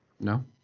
No